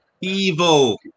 Evil